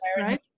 right